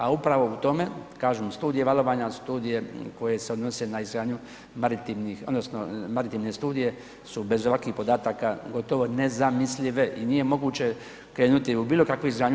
A upravo u tome, kažem studije valovanja, studije koje se odnose na izgradnju maritimnih, odnosno maritimne studije su bez ovakvih podataka gotovo nezamislive i nije moguće krenuti u bilo kakvu izgradnju